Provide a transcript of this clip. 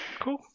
cool